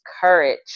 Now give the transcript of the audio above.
courage